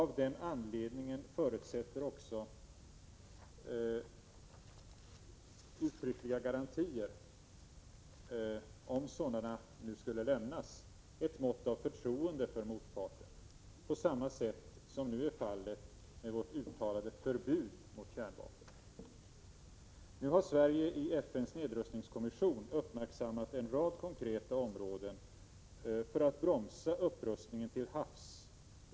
Av den anledningen förutsätter också uttryckliga garantier, om nu sådana skulle lämnas, ett mått av förtroende för motparten på samma sätt som är fallet med vårt uttalade förbud mot kärnvapen. Sverige har i FN:s nedrustningskommission uppmärksammat en rad konkreta områden för att bromsa upprustningen till havs.